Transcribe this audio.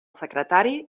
secretari